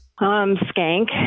Skank